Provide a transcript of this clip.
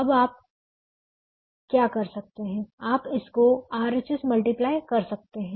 अब आप क्या कर सकते हैं आप इसको RHS मल्टीप्लाई कर सकते हैं